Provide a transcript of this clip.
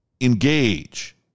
engage